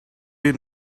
you